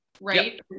right